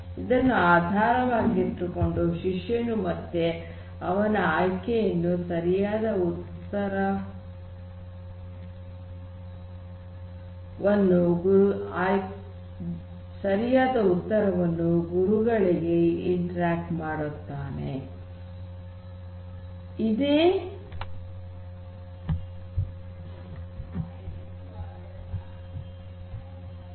ಇದನ್ನು ಆಧಾರವಾಗಿಟ್ಟುಕೊಂಡು ಶಿಷ್ಯನು ಮತ್ತೆ ಅವನು ಸರಿಯಾದ ಉತ್ತರವನ್ನು ಗುರುಗಳೊಡನೆ ಪರಸ್ಪರ ಕ್ರಿಯೆಯನ್ನು ಮಾಡುತ್ತಾ ಕಲಿಯುತ್ತಾನೆ